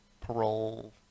parole